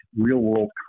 real-world